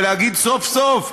ולהגיד: סוף-סוף,